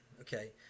okay